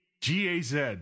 G-A-Z